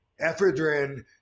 ephedrine